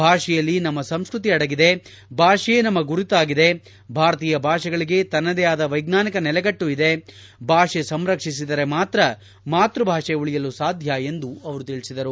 ಭಾಷೆಯಲ್ಲಿ ನಮ್ಮ ಸಂಸ್ಕೃತಿ ಅಡಗಿದೆ ಭಾಷೆಯೇ ನಮ್ಮ ಗುರುತಾಗಿದೆ ಭಾರತೀಯ ಭಾಷೆಗಳಿಗೆ ತನ್ನದೇ ಆದ ವೈಜ್ಞಾನಿಕ ನೆಲೆಗಟ್ಟು ಇದೆ ಭಾಷೆ ಸಂರಕ್ಷಿಸಿದರೆ ಮಾತೃ ಭಾಷೆ ಉಳಿಯಲು ಸಾಧ್ಯ ಎಂದು ಅವರು ತಿಳಿಸಿದರು